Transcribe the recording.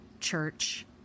church